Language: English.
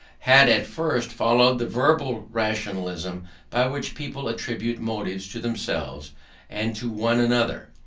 had at first followed the verbal rationalism by which people attribute motives to themselves and to one another.